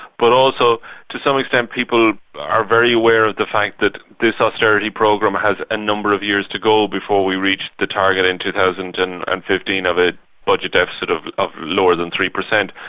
but also to some extent people are very aware of the fact that this austerity program has a number of years to go before we reach the target in two thousand and and fifteen of a budget deficit of of lower than three per cent.